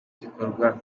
gikorwa